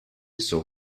sur